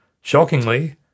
Shockingly